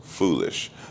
foolish